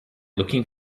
looking